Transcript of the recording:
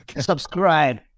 Subscribe